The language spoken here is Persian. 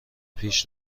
پیش